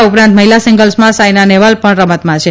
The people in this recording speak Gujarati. આ ઉપરાંત મહિલા સિંગલ્સમાં સાયના નહેવાલ પણ રમતમાં છે